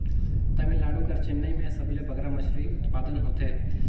तमिलनाडु कर चेन्नई में सबले बगरा मछरी उत्पादन होथे